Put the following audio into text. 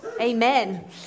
Amen